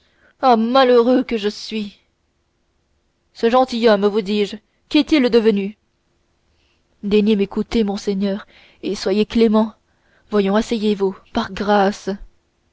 ah malheureux que je suis ce gentilhomme vous dis-je qu'est-il devenu daignez m'écouter monseigneur et soyez clément voyons asseyez-vous par grâce